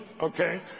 okay